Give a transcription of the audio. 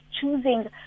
choosing